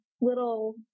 little